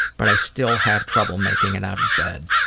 but i still have trouble making it out of bed.